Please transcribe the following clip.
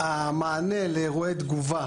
המענה לאירועי תגובה